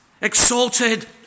Exalted